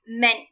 meant